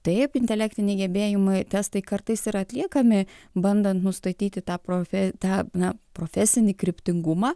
taip intelektiniai gebėjimai testai kartais yra atliekami bandan nustatyti tą profe tą na profesinį kryptingumą